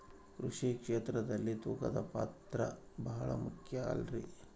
ಕೃಷಿ ಕ್ಷೇತ್ರದಲ್ಲಿ ತೂಕದ ಪಾತ್ರ ಬಹಳ ಮುಖ್ಯ ಅಲ್ರಿ?